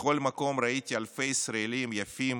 בכל מקום ראיתי אלפי ישראלים יפים